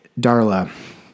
Darla